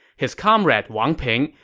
his comrade wang ping,